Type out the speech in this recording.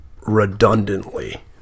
redundantly